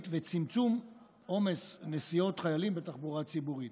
וצמצום עומס נסיעות חיילים בתחבורה הציבורית,